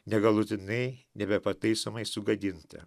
negalutinai nebepataisomai sugadinti